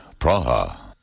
Praha